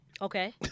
Okay